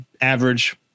average